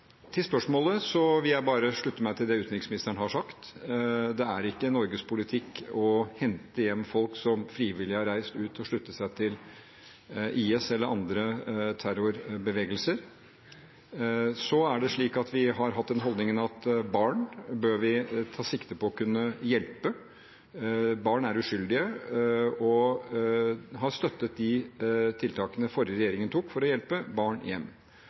Til spørsmålet vil jeg bare slutte meg til det utenriksministeren har sagt. Det er ikke Norges politikk å hente hjem folk som frivillig har reist ut og sluttet seg til IS eller andre terrorbevegelser. Så er det slik at vi har hatt den holdningen at vi bør ta sikte på å kunne hjelpe barn. Barn er uskyldige, og vi har støttet de tiltakene den forrige regjeringen foretok for å hjelpe barn hjem.